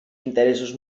interessos